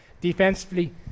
Defensively